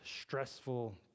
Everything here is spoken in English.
stressful